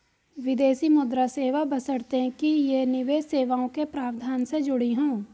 विदेशी मुद्रा सेवा बशर्ते कि ये निवेश सेवाओं के प्रावधान से जुड़ी हों